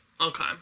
Okay